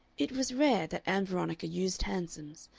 it was rare that ann veronica used hansoms,